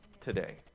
today